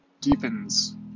deepens